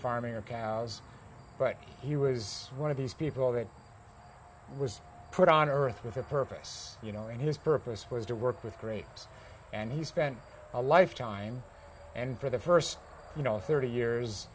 farming or cows but he was one of these people that i was put on earth with a purpose you know and his purpose was to work with great and he spent a lifetime and for the first you know thirty years